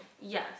yes